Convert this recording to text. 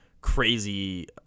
crazy